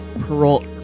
parole